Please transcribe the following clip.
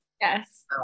Yes